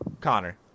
Connor